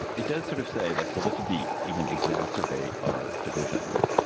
it does sort of say like, well, this would be even exacerbate our divisions,